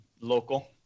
local